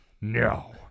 No